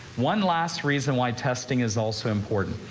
one last reason why testing is also important.